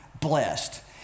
blessed